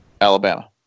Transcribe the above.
Alabama